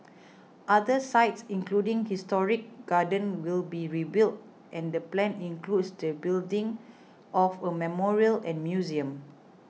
other sites including historic gardens will be rebuilt and the plan includes the building of a memorial and museum